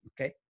okay